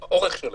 האורך שלהם.